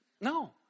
No